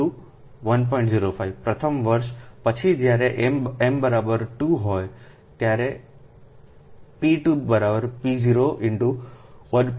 05 પ્રથમ વર્ષ પછી જ્યારે એમ બરાબર હોય 2 p2 p0 1